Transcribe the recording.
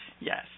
Yes